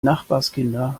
nachbarskinder